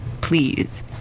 Please